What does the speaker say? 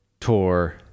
tour